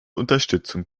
unterstützung